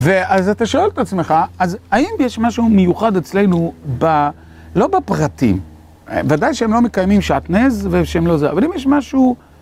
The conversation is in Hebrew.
ואז אתה שואל את עצמך, אז האם יש משהו מיוחד אצלנו, לא בפרטים, ודאי שהם לא מקיימים שעטנז, ושהם לא זה, אבל אם יש משהו...